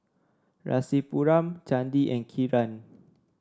Rasipuram Chandi and Kiran